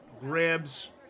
grabs